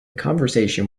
conversation